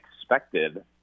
expected